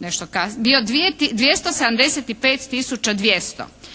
nešto